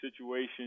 situation